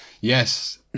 Yes